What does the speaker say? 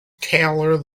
tailor